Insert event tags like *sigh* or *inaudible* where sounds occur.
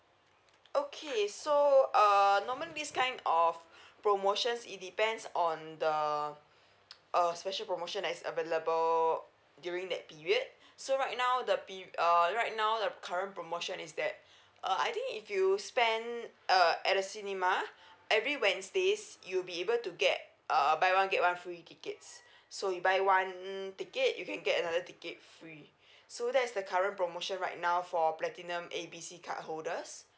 okay so err normally this kind of promotions it depends on the *noise* err special promotion as available during that period so right now the pe~ err right now the current promotion is that uh I think if you spend uh at the cinema every wednesdays you'll be able to get uh buy one get one free tickets so you buy one ticket you can get another ticket free so that's the current promotion right now for platinum A B C card holders